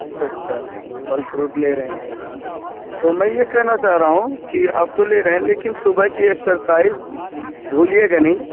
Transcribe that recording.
اچھا اچھا پھل فروٹ لے رہے ہیں تو میں یہ کہنا چاہ رہا ہوں کہ آپ تو لے رہے ہیں لیکن صبح کی ایکسرسائز بھولیے گا نہیں